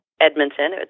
Edmonton